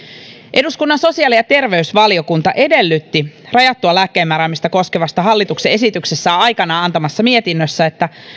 eduskunnan sosiaali ja terveysvaliokunta edellytti rajattua lääkkeenmääräämistä koskevasta hallituksen esityksestä aikanaan antamassaan mietinnössä että